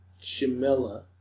Jamila